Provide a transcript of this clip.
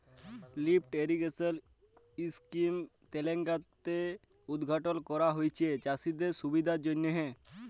lift irrigation scheme তেলেঙ্গালাতে উদঘাটল ক্যরা হঁয়েছে চাষীদের সুবিধার জ্যনহে